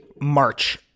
march